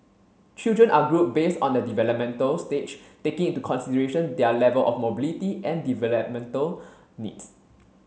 children are grouped based on their developmental stage taking into consideration their level of mobility and developmental needs